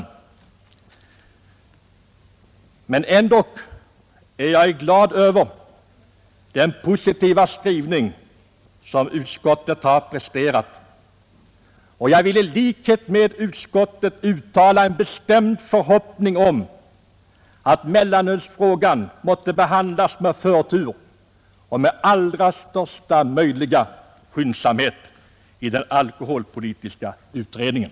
Nu blev det inte så, men jag är ändå glad över den positiva skrivning som utskottet har presenterat, och jag vill i likhet med utskottet uttala en bestämd förhoppning om att mellanölsfrågan måtte behandlas med förtur och med största möjliga skyndsamhet i den alkoholpolitiska utredningen.